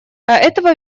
этого